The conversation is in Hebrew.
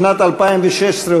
שנת 2016,